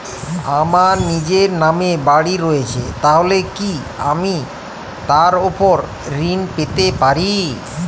আমার নিজের নামে বাড়ী রয়েছে তাহলে কি আমি তার ওপর ঋণ পেতে পারি?